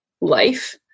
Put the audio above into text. life